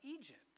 Egypt